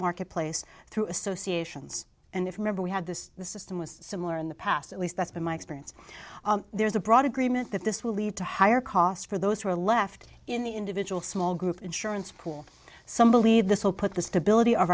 marketplace through associations and if member we had this system was similar in the past at least that's been my experience there's a broad agreement that this will lead to higher costs for those who are left in the individual small group insurance pool some believe this will put the stability of